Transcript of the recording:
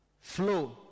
flow